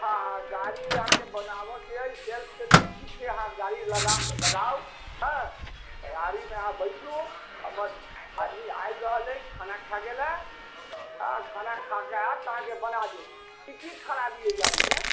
हँ हँ गाड़ी अहाँकेँ बनाबऽ के अइ सेल्फके तऽ ठीके होयत अहाँ गाड़ी लगा कऽ लगाउ हँ गाड़ीमे अहाँ बैसू हमर आदमी आबि रहल अइ खाना खाए गेल हँ खाना खा कए आएत तऽ अहाँके बना देत की कि खराबी अइ गाड़ीमे